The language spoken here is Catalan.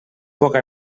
poca